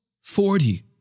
forty